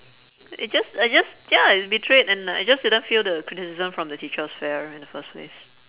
it just I just ya betrayed and I just didn't feel the criticism from the teacher was fair in the first place